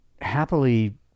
happily